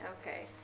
Okay